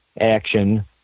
action